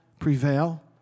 prevail